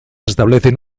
establecen